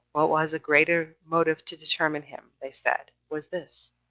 what was a greater motive to determine him, they said, was this,